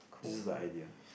this is the idea